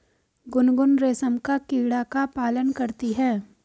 गुनगुन रेशम का कीड़ा का पालन करती है